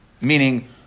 Meaning